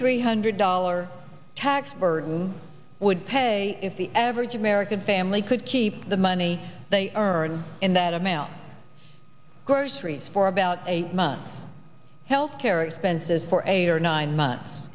three hundred dollar tax burden would pay if the average american family could keep the money they heard in that amount groceries for about a month health care expenses for eight or nine months